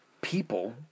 people